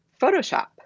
Photoshop